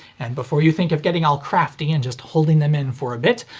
and before you think of getting all crafty and just holding them in for a bit,